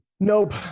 Nope